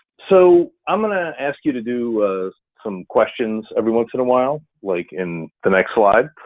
so i'm gonna ask you to do some questions every once in a while, like in the next slide.